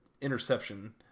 interception